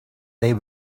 they